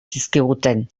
zizkiguten